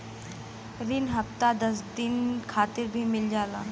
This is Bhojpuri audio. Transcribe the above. रिन हफ्ता दस दिन खातिर भी मिल जाला